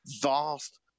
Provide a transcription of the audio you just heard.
vast